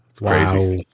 Wow